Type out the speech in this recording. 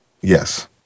Yes